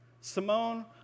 Simone